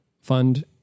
fund